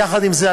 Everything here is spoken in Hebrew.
יחד עם זה,